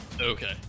okay